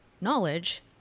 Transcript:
knowledge